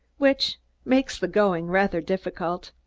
which makes the going rather difficult.